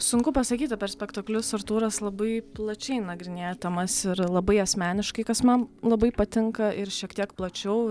sunku pasakyti per spektaklius artūras labai plačiai nagrinėja temas ir labai asmeniškai kas man labai patinka ir šiek tiek plačiau